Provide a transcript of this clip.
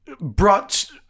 brought